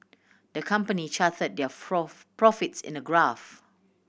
the company charted their profits in a graph